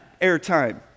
airtime